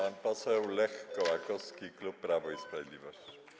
Pan poseł Lech Kołakowski, klub Prawo i Sprawiedliwość.